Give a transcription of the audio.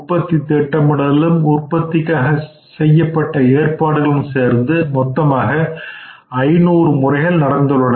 உற்பத்தி திட்டமிடலும் உற்பத்திக்காக செய்யப்பட்ட ஏற்பாடுகளும் சேர்ந்து மொத்தமாக 500 முறைகள் நடந்துள்ளன